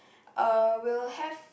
uh will have